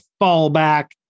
fallback